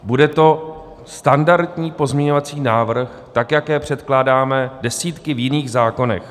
Bude to standardní pozměňovací návrh, jakých předkládáme desítky v jiných zákonech.